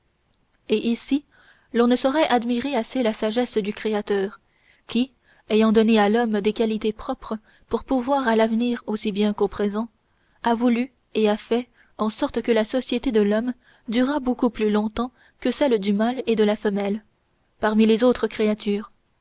et ici l'on ne saurait admirer assez la sagesse du créateur qui ayant donné à l'homme des qualités propres pour pourvoir à l'avenir aussi bien qu'au présent a voulu et a fait en sorte que la société de l'homme durât beaucoup plus longtemps que celle du mâle et de la femelle parmi les autres créatures